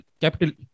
capital